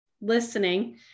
listening